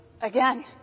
again